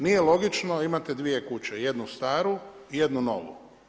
Nije logično, imate dvije kuće jednu staru i jednu novu.